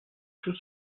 tout